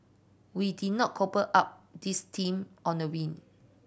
we did not cobble up this team on a whim